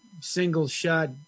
single-shot